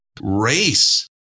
race